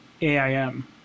aim